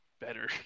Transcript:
better